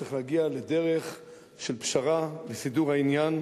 צריך להגיע לדרך של פשרה לסידור העניין,